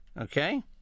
okay